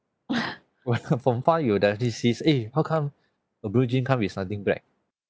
when from far you definitely sees eh how come a blue jeans come with something black